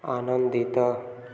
ଆନନ୍ଦିତ